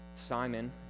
Simon